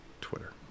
Twitter